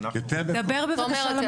כרגע לא